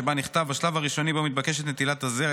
שבה נכתב: "בשלב הראשוני שבו מתבקשת נטילת הזרע,